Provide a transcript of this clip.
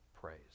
praise